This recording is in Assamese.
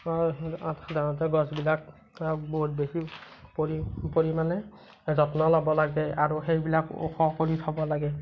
গছবিলাক বহুত বেছি পৰি পৰিমাণে যত্ন ল'ব লাগে আৰু সেইবিলাক ওখ কৰি থ'ব লাগে